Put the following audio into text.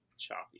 choppy